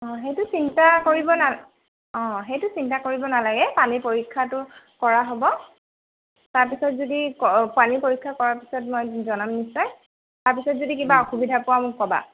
অ সেইটো চিন্তা কৰিব নাল অ সেইটো চিন্তা কৰিব নালাগে পানীৰ পৰীক্ষাটো কৰা হ'ব তাৰপিছত যদি পানী পৰীক্ষা কৰাৰ পিছত মই জনাম নিশ্চয় তাৰপিছত যদি কিবা অসুবিধা পোৱা মোক ক'বা